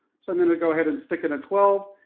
so i'm going to go ahead and stick in a twelve.